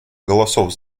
голосов